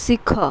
ଶିଖ